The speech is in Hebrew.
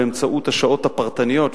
באמצעות השעות הפרטניות,